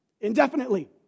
indefinitely